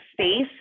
space